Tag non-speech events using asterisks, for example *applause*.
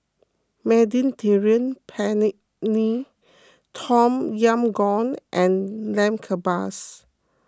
Mediterranean Penne *unintelligible* Tom Yam Goong and Lamb Kebabs